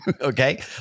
Okay